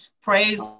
Praise